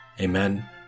Amen